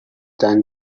than